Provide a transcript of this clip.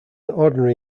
ordinary